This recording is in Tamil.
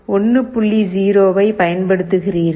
0வை பயன்படுத்துகிறீர்கள்